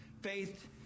Faith